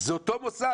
זה אותו מוסד,